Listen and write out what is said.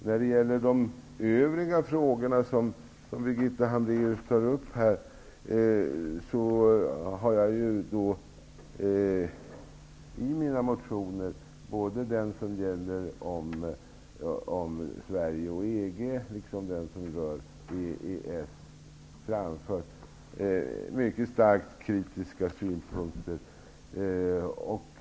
När det gäller de övriga frågor som Birgitta Hambraeus här tar upp har jag i mina motioner, både den som gäller Sverige och EG och den som rör EES, framfört mycket starkt kritiska synpunkter.